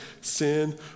sin